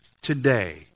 Today